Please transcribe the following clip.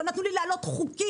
לא נתנו לי להעלות חוקים,